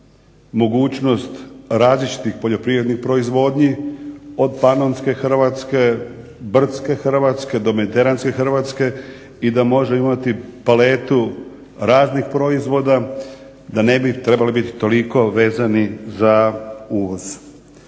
mogućnost različitih poljoprivrednih proizvodnji od Panonske Hrvatske, Brdske Hrvatske do Mediteranske Hrvatske i da može imati paletu raznih proizvoda da ne bi trebali biti toliko vezani za uvoz.